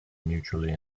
mutually